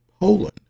Poland